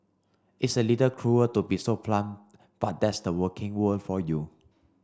it's a little cruel to be so blunt but that's the working world for you